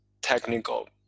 technical